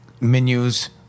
menus